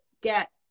get